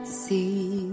see